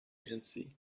agency